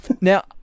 now